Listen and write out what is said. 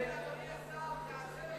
תעשה,